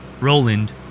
Roland